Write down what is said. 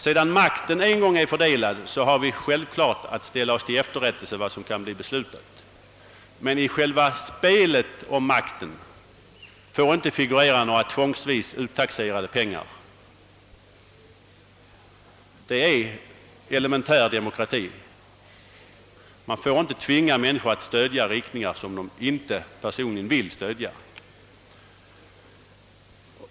Sedan makten en gång är fördelad har vi givetvis att ställa oss till efterrättelse vad som kan bli beslutat. Men i själva spelet om makten får inte figurera några tvångsvis uttaxerade pengar — det är elementär demokrati. Man får inte tvinga människor att stödja rikt " ningar som de inte personligen vill stödja.